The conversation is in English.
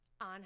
on